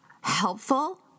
helpful